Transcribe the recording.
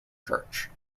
church